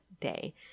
day